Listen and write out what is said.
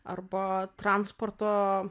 arba transporto